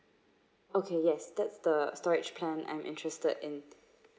okay yes that's the storage plan I'm interested in